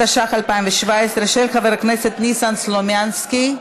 התשע"ח, של חבר הכנסת ניסן סלומינסקי.